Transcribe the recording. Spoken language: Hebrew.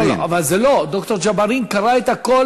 אבל לא, ד"ר ג'בארין קרא את הכול